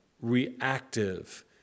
reactive